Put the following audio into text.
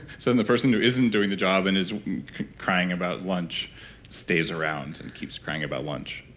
so then the person who isn't doing the job and is crying about lunch stays around and keeps crying about lunch